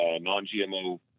non-GMO